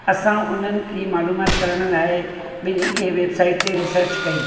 असां उन्हनि की मालूमात करण लाइ ॿिन्हीनि खे वेब साइट ते रिसर्च कई